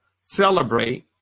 celebrate